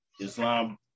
Islam